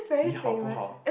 你好不好